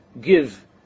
give